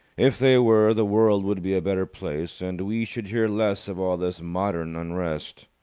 if they were, the world would be a better place, and we should hear less of all this modern unrest.